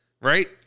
Right